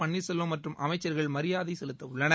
பன்னீர்செல்வம் மற்றும் அமைச்சர்கள் மரியாதை செலுத்தவுள்ளனர்